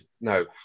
no